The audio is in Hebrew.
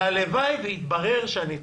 והלוואי שיתברר שאני טועה.